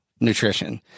nutrition